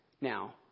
Now